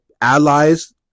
allies